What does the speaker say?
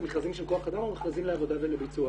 אחר כך הוצאת מכרזים של כוח אדם ומכרזים לעבודה ולביצוע.